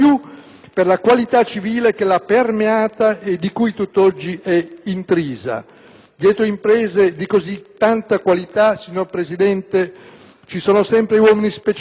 per la qualità civile che l'ha permeata e di cui tutt'oggi è intrisa. Dietro imprese di così tanta qualità, signor Presidente, ci sono sempre uomini speciali,